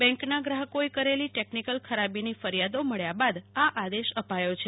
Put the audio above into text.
બેંકના ગ્રાહકો એ કરેલી ટેકનીકલ ખરાબીની ફરિયાદો મબ્યા બાદ આ આદેશ આપ્યો છે